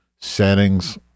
Settings